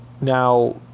Now